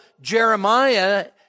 Jeremiah